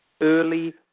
early